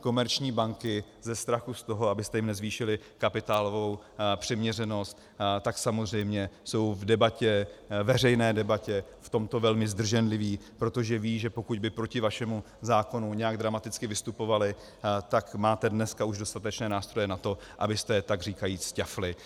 komerční banky ze strachu z toho, abyste jim nezvýšili kapitálovou přiměřenost, tak samozřejmě jsou v debatě, veřejné debatě v tomto velmi zdrženlivé, protože vědí, že pokud by proti vašemu zákonu nějak dramaticky vystupovaly, tak máte dneska už dostatečné nástroje na to, abyste je takříkajíc ťafli.